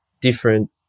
different